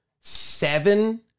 seven